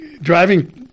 driving